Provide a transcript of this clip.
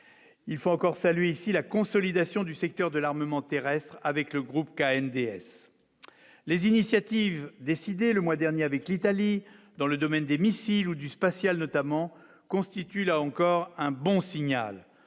il faut encore saluer ici la consolidation du secteur de l'armement terrestre avec le groupe NDS les initiatives décidées le mois dernier avec l'Italie dans le domaine des missiles ou du spatial notamment constitue là encore un bon signal,